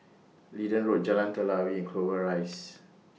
Leedon Road Jalan Telawi Clover Rise